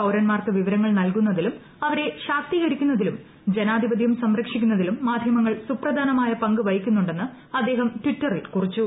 പൌരന്മാർക്ക് വിവര്ങ്ങൾ നൽകുന്നതിലും അവരെ ശാക്തീകരിക്കുന്നതിലും ജനാധിപത്യം സംരക്ഷിക്കുന്നതിലും മാധ്യമങ്ങൾ സുപ്രധാന്മായ പങ്ക് വഹിക്കുന്നുണ്ടെന്ന് അദ്ദേഹം ടിറ്ററിൽ കുറിച്ചു